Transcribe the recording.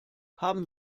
haben